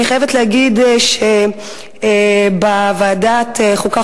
אני חייבת להגיד שבוועדת החוקה,